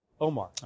Omar